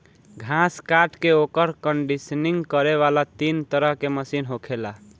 घास काट के ओकर कंडीशनिंग करे वाला तीन तरह के मशीन होखेला